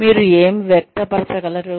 మీరు ఏమి వ్యక్తపరచగలరు